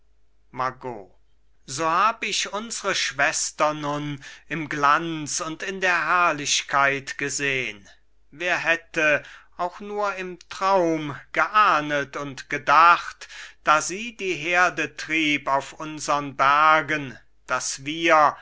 margot so hab ich unsre schwester nun im glanz und in der herrlichkeit gesehn wer hätte auch nur im traum geahndet und gedacht da sie die herde trieb auf unsern bergen daß wir